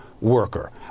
worker